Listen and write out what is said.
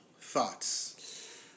Thoughts